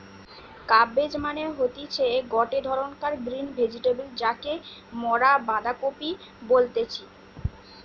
cabbage মানে হতিছে গটে ধরণকার গ্রিন ভেজিটেবল যাকে মরা বাঁধাকপি বলতেছি